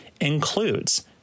includes